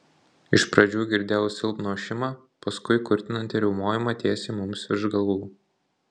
iš pradžių girdėjau silpną ošimą paskui kurtinantį riaumojimą tiesiai mums virš galvų